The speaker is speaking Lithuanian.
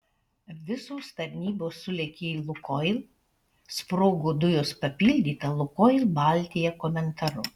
visos tarnybos sulėkė į lukoil sprogo dujos papildyta lukoil baltija komentaru